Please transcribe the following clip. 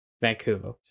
Vancouver